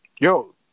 Yo